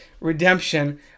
redemption